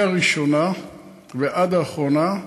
מהראשונה ועד האחרונה,